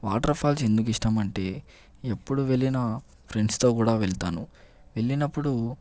water falls ఎందుకు ఇష్టం అంటే ఎప్పుడు వెళ్ళినా ఫ్రెండ్స్ తో కూడా వెళ్తాను వెళ్ళినప్పుడు